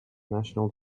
national